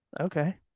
Okay